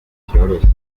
cyoroshye